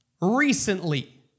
recently